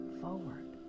forward